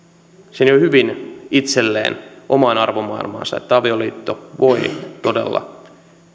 sen jo hyvin itselleen omaan arvomaailmaansa että avioliitto voi todella